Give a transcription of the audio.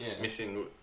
missing